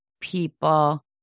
people